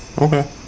Okay